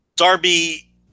Darby